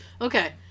Okay